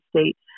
state